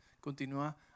continúa